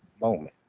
moment